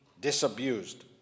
disabused